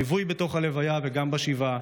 ליווי בתוך הלוויה וגם בשבעה,